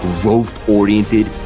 growth-oriented